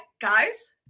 guys